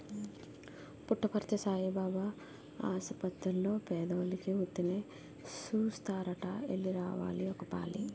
పుట్టపర్తి సాయిబాబు ఆసపత్తిర్లో పేదోలికి ఉత్తినే సూస్తారట ఎల్లి రావాలి ఒకపాలి